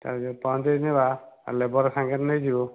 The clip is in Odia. ତା'ପରେ ପହଞ୍ଚିଯିବା ଲେବର୍ ସାଙ୍ଗରେ ନେଇଯିବୁ